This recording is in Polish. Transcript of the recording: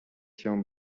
się